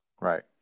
Right